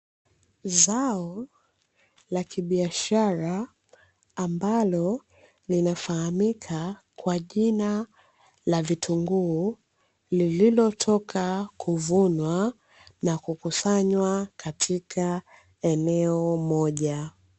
Zao la kibiashara ambalo linafahamika kwa jina la vitunguu lililotoka kuvunwa na kukusanywa katika eneo moja.